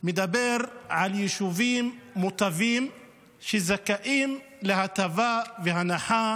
מדבר על יישובים מוטבים שזכאים להטבה והנחה